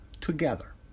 together